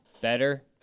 better